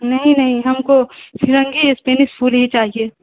ںہیں نہیں ہم کو فرنگی اسپینس پھول ہی چاہیے